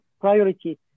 priority